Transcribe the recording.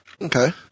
Okay